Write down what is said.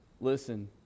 listen